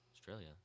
Australia